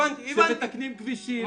כשמתקנים כבישים,